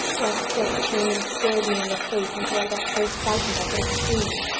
death just came and stared me in the face, until i got so frightened i could have screamed.